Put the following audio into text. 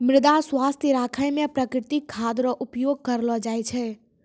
मृदा स्वास्थ्य राखै मे प्रकृतिक खाद रो उपयोग करलो जाय छै